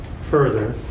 further